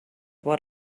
what